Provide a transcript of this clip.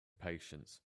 patience